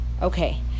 Okay